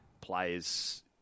Players